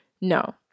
No